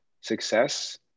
success